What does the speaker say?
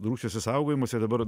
rusijos išsaugojimas ir dabar